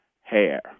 hair